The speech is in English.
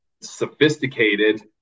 sophisticated